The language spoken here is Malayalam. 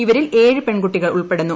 ഇവരിൽ ഏഴ് പെൺകുട്ടികൾ ഉൾപ്പെടുന്നു